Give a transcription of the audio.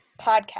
podcast